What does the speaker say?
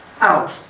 out